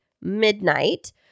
midnight